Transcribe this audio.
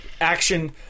action